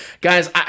Guys